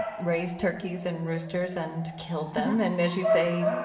raised turkeys and roosters and killed them and, as you say,